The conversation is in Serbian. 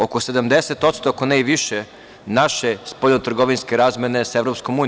Oko 70%, ako ne i više, naše spoljno-trovinske razmene je sa EU.